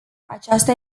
aceasta